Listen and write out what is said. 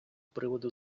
приводу